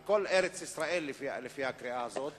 היא בכל ארץ-ישראל, לפי הקריאה הזאת.